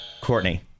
Courtney